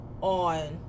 on